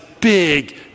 big